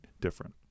different